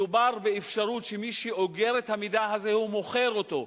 מדובר באפשרות שמי שאוגר את המידע הזה מוכר אותו.